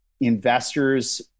investors